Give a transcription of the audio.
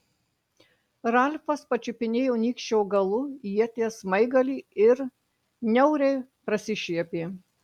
ralfas pačiupinėjo nykščio galu ieties smaigalį ir niauriai prasišiepė